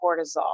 cortisol